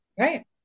right